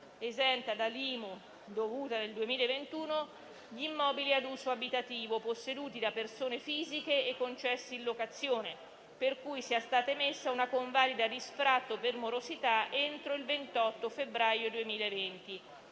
esenta dall'IMU dovuta nel 2021 gli immobili ad uso abitativo, posseduti da persone fisiche e concessi in locazione, per cui sia stata emessa una convalida di sfratto per morosità entro il 28 febbraio 2020,